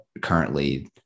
currently